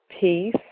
peace